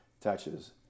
touches